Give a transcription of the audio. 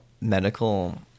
medical